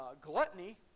gluttony